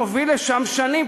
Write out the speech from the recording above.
מוביל לשם שנים,